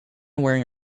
wearing